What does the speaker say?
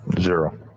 Zero